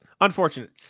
Unfortunate